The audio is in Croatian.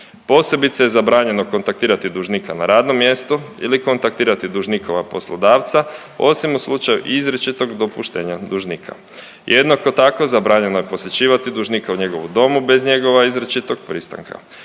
Posebice je zabranjeno kontaktirati dužnika na radnom mjestu ili kontaktirati dužnikova poslodavca osim u slučaju izričitog dopuštenja dužnika. Jednako tako zabranjeno je posjećivati dužnika u njegovom domu bez njegova izričitog pristanka.